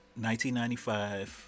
1995